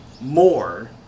more